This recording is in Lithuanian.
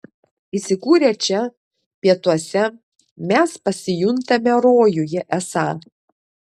įsikūrę čia pietuose mes pasijuntame rojuje esą